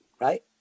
right